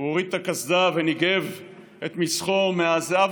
הוא הוריד את הקסדה וניגב את מצחו מהזיעה,